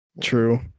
true